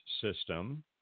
system